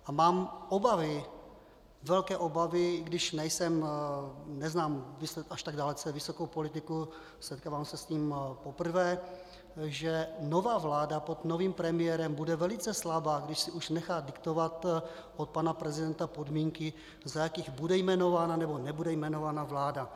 A mám obavy, velké obavy, i když neznám až tak dalece vysokou politiku, setkávám se s tím poprvé, že nová vláda pod novým premiérem bude velice slabá, když si už nechá diktovat od pana prezidenta podmínky, za jakých bude jmenována nebo nebude jmenována vláda.